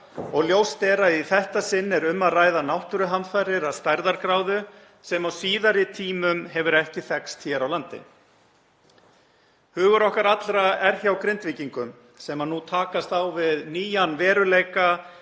og ljóst er að í þetta sinn er um að ræða náttúruhamfarir af stærðargráðu sem á síðari tímum hefur ekki þekkst hér á landi. Hugur okkar allra er hjá Grindvíkingum sem nú takast á við nýjan veruleika